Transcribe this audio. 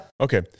Okay